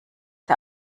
der